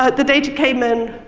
ah the data came in